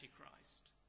Antichrist